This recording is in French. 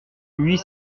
huit